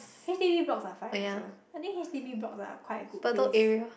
H_D_B blocks are fine also I think H_D_B blocks are quite a good place